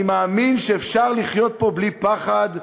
אני מאמין שאפשר לחיות פה בלי פחד,